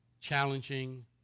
challenging